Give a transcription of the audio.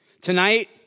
tonight